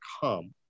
come